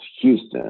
Houston